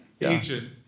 agent